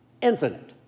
infinite